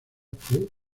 fue